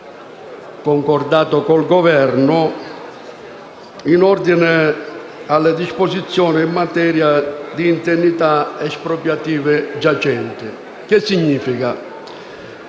d’accordo con il Governo, è in ordine alle disposizioni in materia di indennità espropriative giacenti. Che cosa significa?